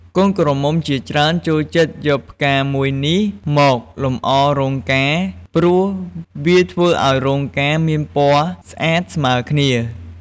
កូនក្រមុំជាច្រើនចូលចិត្តយកផ្កាមួយនេះមកលម្អរោងការ ព្រោះវាធ្វើឲ្យរោងការមានពណ៌ស្អាតស្មើរគ្នា។